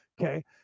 Okay